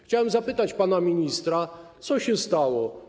Chciałem zapytać pana ministra: Co się stało?